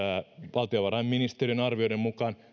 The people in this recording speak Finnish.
valtiovarainministeriön arvioiden mukaan